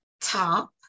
top